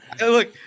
look